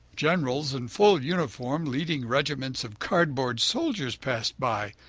generals in full uniform leading regiments of cardboard soldiers passed by.